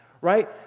right